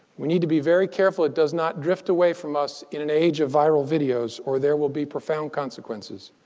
we need to be very careful. it does not drift away from us in an age of viral videos, or there will be profound consequences.